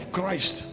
Christ